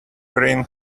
green